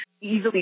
easily